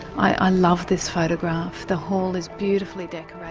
i love this photograph, the hall is beautifully decorated.